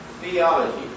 theology